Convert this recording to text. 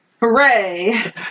Hooray